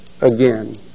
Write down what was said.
again